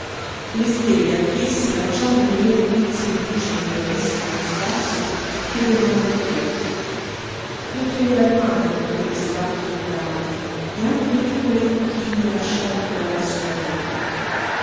le stelle anch'esse lanciando quei loro guizzi di luce negli abissi dello spazio chiedevano perché lo chiedeva il mare con quelle stracche ondate e anche le piccole conchiglie lasciate qua